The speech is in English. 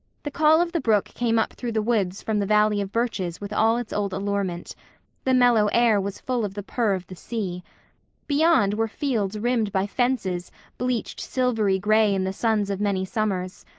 the call of the brook came up through the woods from the valley of birches with all its old allurement the mellow air was full of the purr of the sea beyond were fields rimmed by fences bleached silvery gray in the suns of many summers,